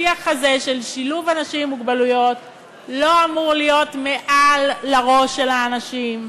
השיח הזה של שילוב אנשים עם מוגבלות לא אמור להיות מעל לראש של האנשים,